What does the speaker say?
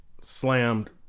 slammed